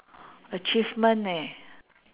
achievement leh